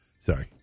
Sorry